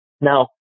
Now